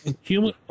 Human